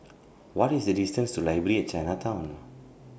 What IS The distance to Library At Chinatown